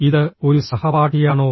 ഇത് ഒരു സഹപാഠിയാണോ